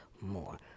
more